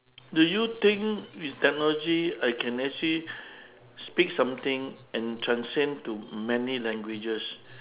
do you think with technology I can actually speak something and translate it to many languages